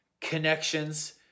connections